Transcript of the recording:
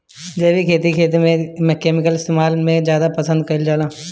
जैविक खेती खेत में केमिकल इस्तेमाल से ज्यादा पसंद कईल जाला